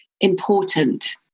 important